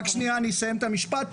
רק שנייה, אסיים את המשפט.